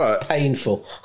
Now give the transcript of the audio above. painful